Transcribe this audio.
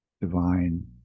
divine